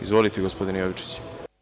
Izvolite, gospodine Jovičiću.